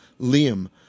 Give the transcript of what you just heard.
Liam